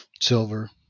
Silver